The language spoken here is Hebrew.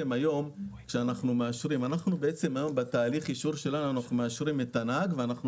4. בתהליך האישור של משרד התחבורה היום אנחנו